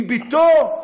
עם בתו,